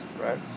right